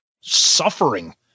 suffering